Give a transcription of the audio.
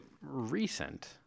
recent